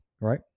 right